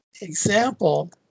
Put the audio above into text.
example